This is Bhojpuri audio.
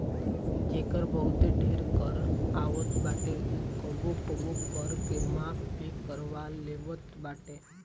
जेकर बहुते ढेर कर आवत बाटे उ कबो कबो कर के माफ़ भी करवा लेवत बाटे